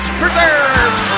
preserves